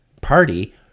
party